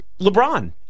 LeBron